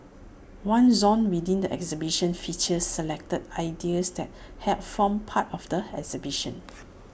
one zone within the exhibition features selected ideas that helped form part of the exhibition